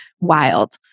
wild